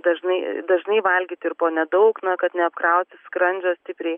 dažnai dažnai valgyti ir po nedaug na kad neapkrauti skrandžio stipriai